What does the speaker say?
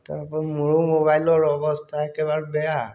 তাৰপৰা মোৰো মোবাইলৰ অৱস্থা একেবাৰে বেয়া